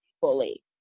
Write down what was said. fully